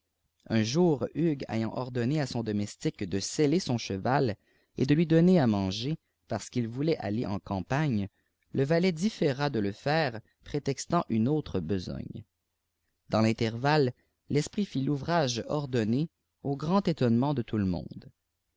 un jour hugues ayant ordonné à son domestique de jseller son cheval et de lui donner à manger parce qiji'il vqilaijt aller en cânapagne le valet différa de le mire prétetant une autjrê bfsfjgne dans l'intervalle l'esprit fit l'ouvrage ordonné au jgrana etonnement de tout le naonde